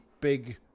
big